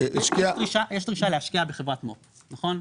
יש דרישה להשקיע בחברת מו"פ נכון?